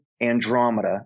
Andromeda